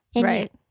right